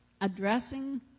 addressing